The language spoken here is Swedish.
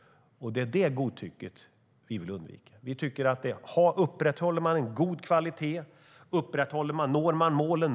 Det är det godtycket vi vill undvika. Upprätthåller man en god kvalitet når man målen.